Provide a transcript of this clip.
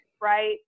right